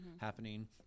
happening